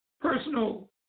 personal